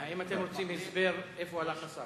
האם אתם רוצים הסבר לאיפה הלך השר?